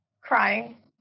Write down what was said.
crying